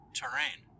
terrain